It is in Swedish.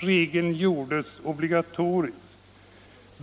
regeln gjordes obligatorisk.